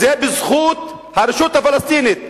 זה בזכות הרשות הפלסטינית.